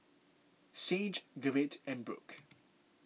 Sage Gerrit and Brooke